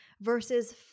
versus